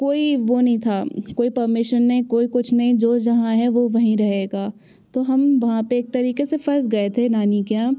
कोई वो नहीं था कोई परमिशन नहीं कोई कुछ नहीं जो जहाँ है वो वहीं रहेगा तो हम वहाँ पे एक तरीके से फँस गए थे नानी के यहाँ